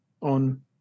on